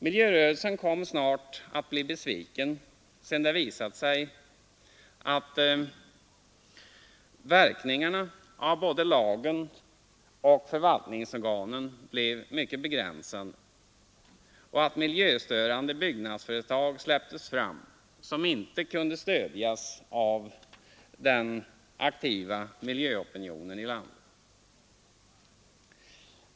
Miljörörelsen kom snart att bli besviken, sedan det visat sig att verkningarna av både lagen och förvaltningsorganen blev mycket begränsade och att miljöstörande byggnadsföretag släpptes fram som inte kunde stödjas av den aktiva miljöopinionen i landet.